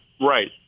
Right